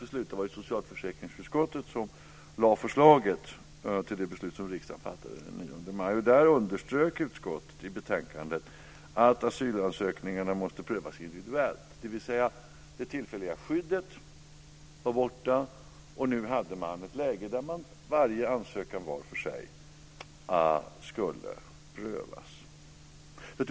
Det var socialförsäkringsutskottet som lade fram förslaget till det beslut som riksdagen fattade den 9 maj. I betänkandet underströk utskottet att asylansökningarna måste prövas individuellt. Det innebar att det tillfälliga skyddet var borta, och man var i ett läge då varje ansökan skulle prövas var för sig.